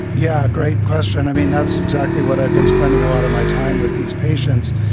yeah. great question. i mean, that's exactly what i've been spending a lot of my time with these patients.